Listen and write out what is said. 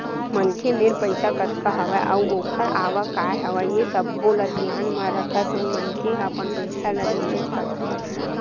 मनखे मेर पइसा कतका हवय अउ ओखर आवक काय हवय ये सब्बो ल धियान म रखत होय मनखे ह अपन पइसा ल निवेस करथे